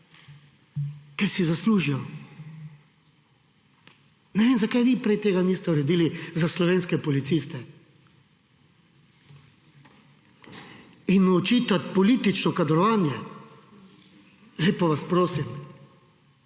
Ker si zaslužijo. Ne vem, zakaj vi prej tega niste uredili, za slovenske policiste. In očitat politično kadrovanje. Lepo vas prosim.